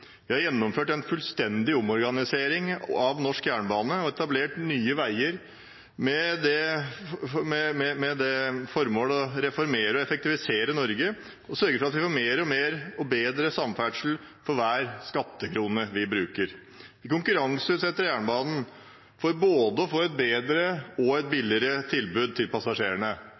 Vi har gjennomført en fullstendig omorganisering av norsk jernbane og etablert Nye Veier med det formål å reformere og effektivisere Norge og sørge for at vi får mer og bedre samferdsel for hver skattekrone vi bruker. Vi konkurranseutsetter jernbanen for å få både et bedre og et billigere tilbud til passasjerene.